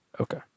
Okay